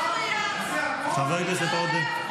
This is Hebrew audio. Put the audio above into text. חבר הכנסת עודה, תודה.